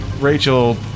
Rachel